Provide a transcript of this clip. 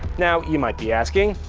now you might be asking,